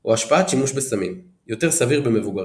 או השפעת שימוש בסמים יותר סביר במבוגרים.